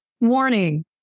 warning